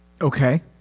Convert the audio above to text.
Okay